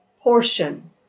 portion